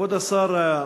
כבוד השר,